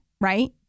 right